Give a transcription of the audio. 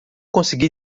consegui